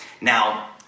Now